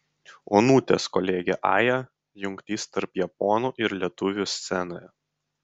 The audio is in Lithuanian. onutės kolegė aja jungtis tarp japonų ir lietuvių scenoje